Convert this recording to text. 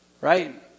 Right